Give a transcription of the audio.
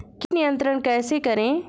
कीट नियंत्रण कैसे करें?